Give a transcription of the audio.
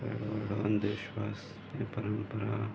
ऐं अंधविश्वास ऐं परंपरा